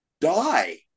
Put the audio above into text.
die